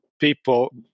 people